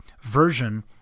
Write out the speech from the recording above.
version